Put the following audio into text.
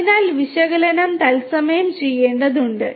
അതിനാൽ വിശകലനം തത്സമയം ചെയ്യേണ്ടതുണ്ട്